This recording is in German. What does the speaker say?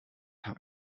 habe